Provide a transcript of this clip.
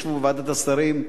שישבו בוועדת השרים,